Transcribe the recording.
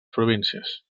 províncies